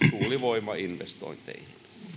tuulivoimainvestointeihin